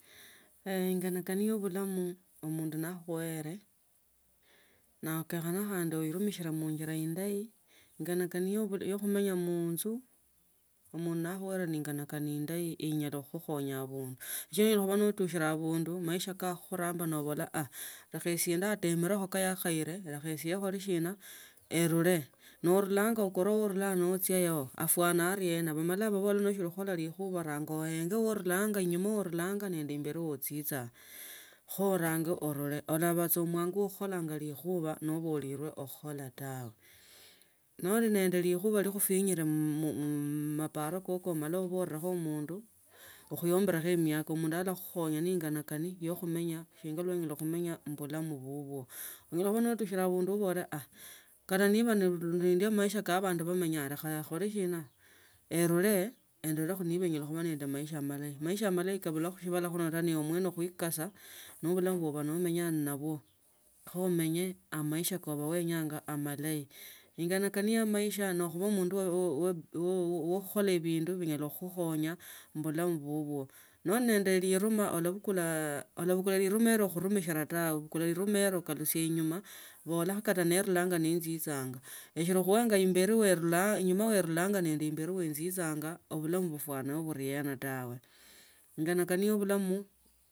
enganikani yabulamu mundu nakhuboele nauka khandi winimishila muinjila indayi inganikani ya khumenya munzu omundu nakhubolane engani kani endayi enyala khukhonya abundu sionyala khuba notushile abundu maisha ka khachuramba nobola aah sesi ndemelekho ka khaile leicha ese khole sina erule. Norulanga okerwa wavulanga nochia aa afuana ariena bamanya babola hosili khukhola luchuwa uranga uenga aluranga enyama nende imberi ochichanga khoranga urule okhoba sa mwangu wa khukohola ukhuwa nobolilwe khukhola tawe noli nende hichuwa likhufinyire muparo koko umala ubolelakhoi mundu khuyomberekho miaka balakhakhonya ne engani kani yakhumenya shinaa onyala khumenya khubulamu bubuto onyala notushule abandu nonyola katu niba nobulungwe khumaisha kaa abandu bamenyanga khale khukhole shina erule ndolekho kama nyala khulola amaisha malayi amaisha malayi khabutakho mshibala shini rubani omwene khuikasa nobukha nomanya nabo khomenye amaisha kowenyanga amalayi inagani kani ya maisha ni khubaa omundu wa khukhola bindu binyala khukhonya mubulamu bubuto noli nende urima ullabukula lirimo ilyo khurumishila taa. Obukula liroma lilyo ukalusya mnyuma bola kata ninilanga ninjinjanga unga ombeti enyuma ya enalanga na imberi enjiichanga ni bulamu bufwana burima tawe. Inganikani ya obulamu.